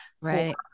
Right